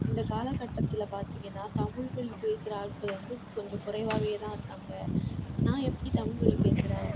இந்த காலக்கட்டத்தில் பார்த்திங்கன்னா தமிழ் வழி பேசுகிற ஆட்கள் வந்து கொஞ்சம் குறைவாகவே தான் இருக்காங்க நான் எப்படி தமிழ் வழி பேசுகிறேன்